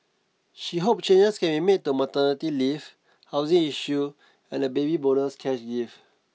she hopes changes can be made to maternity leave housing issue and the baby bonus cash gift